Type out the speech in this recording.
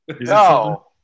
No